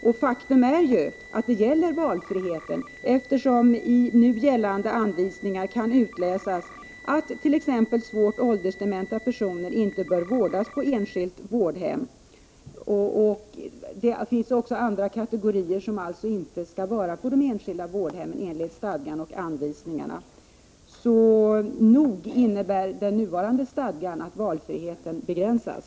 Men faktum är att det ändå gäller valfriheten, eftersom man av nu gällande anvisningar kan utläsa att t.ex. svårt åldersdementa personer inte bör vårdas på enskilt vårdhem. Det finns också andra kategorier som enligt stadgan och anvisningarna inte skall vårdas på de enskilda vårdhemmen. Därför innebär den nuvarande stadgan att valfriheten begränsas.